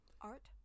Art